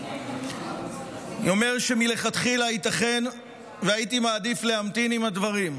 אני אומר שמלכתחילה ייתכן שהייתי מעדיף להמתין עם הדברים,